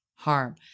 Harm